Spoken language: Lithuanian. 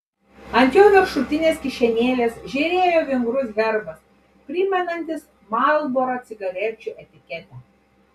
ant jo viršutinės kišenėlės žėrėjo vingrus herbas primenantis marlboro cigarečių etiketę